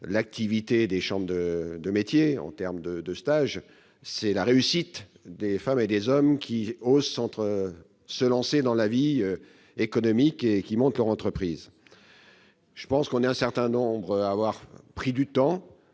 l'activité des chambres de métiers en termes de stages, mais la réussite des femmes et des hommes qui osent se lancer dans la vie économique et monter leur entreprise. Nous sommes un certain nombre à avoir pris le temps-